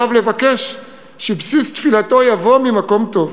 עליו לבקש שבסיס תפילתו יבוא ממקום טוב.